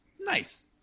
nice